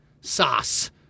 Sauce